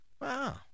Wow